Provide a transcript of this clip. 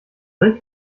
rick